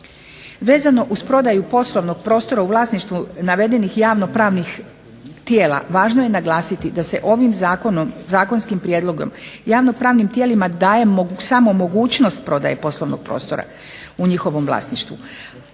Vezano uz prodaju poslovnog prostora u vlasništvu navedenih javno-pravnih tijela važno je naglasiti da se ovim zakonom, zakonskim prijedlogom, javno-pravnim tijelima daje samo mogućnost prodaje poslovnog prostora u njihovom vlasništvu